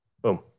Boom